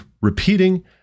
repeating